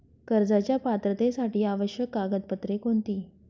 कर्जाच्या पात्रतेसाठी आवश्यक कागदपत्रे कोणती?